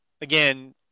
again